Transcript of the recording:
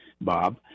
Bob